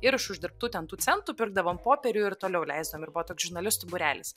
ir iš uždirbtų ten tų centų pirkdavom popierių ir toliau leisdavom ir buvo toks žurnalistų būrelis